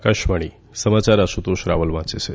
આકાશવાણી સમાચાર આશુતોષ રાવલ વાંચે છે